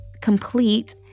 complete